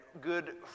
good